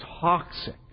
toxic